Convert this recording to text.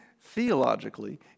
theologically